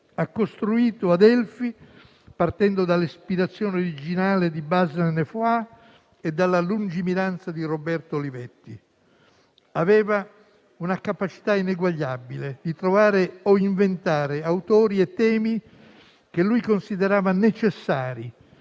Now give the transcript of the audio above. Ha costruito Adelphi partendo dall'ispirazione originale di Bazlen e Foà e dalla lungimiranza di Roberto Olivetti. Aveva una capacità ineguagliabile di trovare o inventare autori e temi che lui considerava necessari